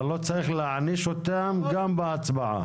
אבל לא צריך להעניש אותם גם בהצבעה.